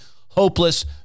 hopeless